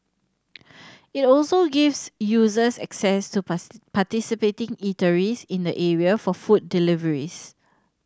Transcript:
it also gives users access to part participating eateries in the area for food deliveries